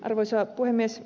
arvoisa puhemies